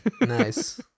Nice